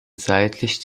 seitlich